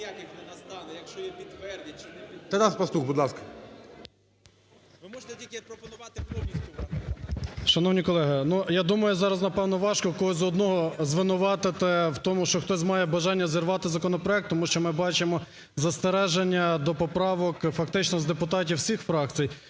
Тарас Пастух, будь ласка. 13:48:52 ПАСТУХ Т.Т. Шановні колеги, я думаю зараз, напевно, важко когось одного звинуватити в тому, що хтось має бажання зірвати законопроект, тому що ми бачимо застереження до поправок фактично з депутатів всіх фракцій,